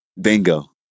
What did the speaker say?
bingo